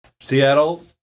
Seattle